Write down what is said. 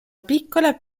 piccola